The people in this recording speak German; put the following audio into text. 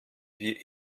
wie